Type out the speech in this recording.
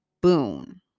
boon